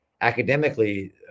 academically